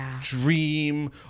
dream